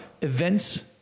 events